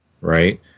right